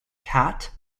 cat